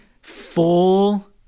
Full